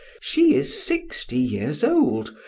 she is sixty years old,